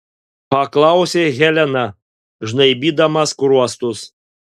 paklausė helena žnaibydama skruostus